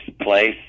place